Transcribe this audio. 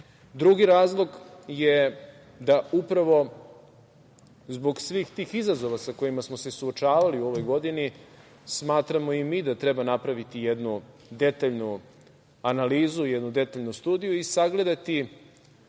razlog je da upravo zbog svih tih izazova sa kojima smo se suočavali u ovoj godini smatramo i mi da treba napraviti jednu detaljnu analizu, jednu detaljnu studiju i sagledati